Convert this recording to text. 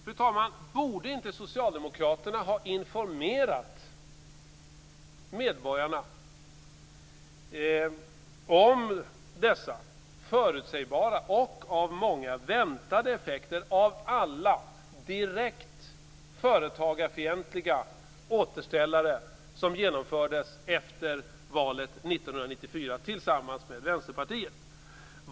Fru talman! Borde inte Socialdemokraterna ha informerat medborgarna om dessa förutsägbara och av många väntade effekter av alla direkt företagarfientliga återställare som genomfördes efter valet 1994 tillsammans med Vänsterpartiet?